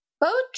boat